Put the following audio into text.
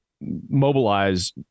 mobilize